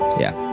yeah.